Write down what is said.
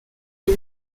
inn